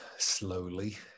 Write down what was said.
Slowly